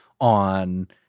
on